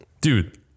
Dude